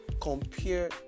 compare